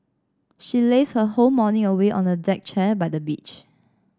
she lazed her whole morning away on a deck chair by the beach